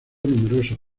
numerosos